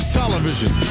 television